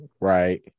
Right